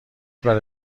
برا